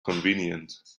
convenient